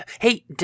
Hey